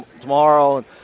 tomorrow